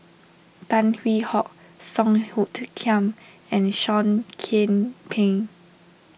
Tan Hwee Hock Song Hoot Kiam and Seah Kian Peng